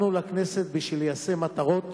באנו לכנסת בשביל ליישם מטרות